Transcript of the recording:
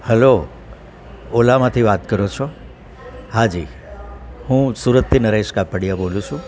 hello ઓલામાંથી વાત કરો છો હા જી હું સુરતથી નરેશ કાપડિયા બોલું છું